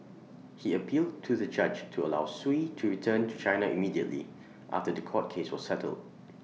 he appealed to the judge to allow Sui to return to China immediately after The Court case was settled